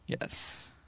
yes